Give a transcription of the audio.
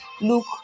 look